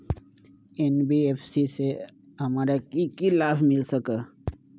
NBFC से हमार की की लाभ मिल सक?